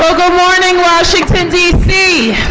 ah good morning, washington, d c!